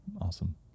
awesome